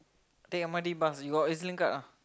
take M_R_T bus you got E_Z-Link card not